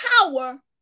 power